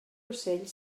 ocell